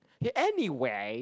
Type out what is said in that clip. anyway